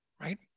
right